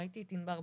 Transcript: ראיתי את ענבר בזק,